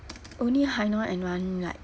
only hai noi and rani like